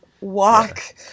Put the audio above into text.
walk